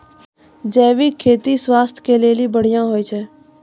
जैविक खेती स्वास्थ्य के लेली बढ़िया होय छै